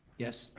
yes,